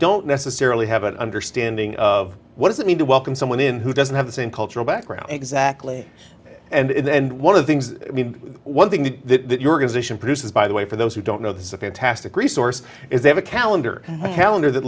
don't necessarily have an understanding of what does it mean to welcome someone in who doesn't have the same cultural background exactly and one of things i mean one thing that produces by the way for those who don't know this is a fantastic resource is they have a calendar calendar that